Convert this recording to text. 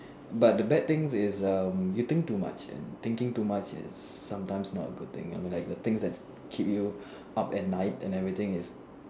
but the bad thing is a you think too much and thinking too much is sometimes not a good thing I mean the things that keep up at night and everything is